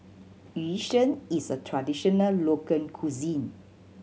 Yu Sheng is a traditional local cuisine